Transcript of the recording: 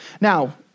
Now